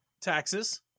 taxes